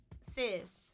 sis